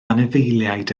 anifeiliaid